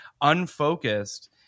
unfocused